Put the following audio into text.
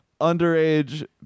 underage